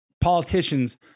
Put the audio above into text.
politicians